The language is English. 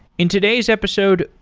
in today's episode,